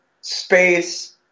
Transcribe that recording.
space